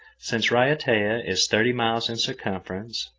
since raiatea is thirty miles in circumference,